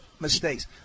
mistakes